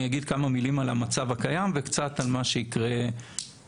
אני אגיד כמה מילים על המצב הקיים וקצת על מה שיקרה בהמשך,